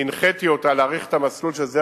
אני הנחיתי אותה להאריך את המסלול של שדה